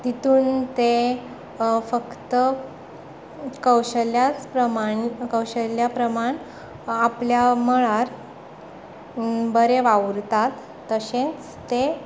तितून ते फक्त कौशल्या प्रमाण कौशल्या प्रमाण आपल्या मळार बरे वावुरतात तशेंच ते